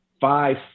five